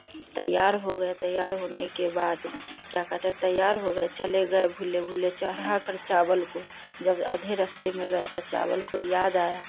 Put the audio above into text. तैयार हो गए तैयार होने के बाद क्या कहते हैं तैयार हो गए चले गए भुल्ले भुल्ले चढ़ाकर चावल को जब आधे रास्ते में गए तो चावल को याद आया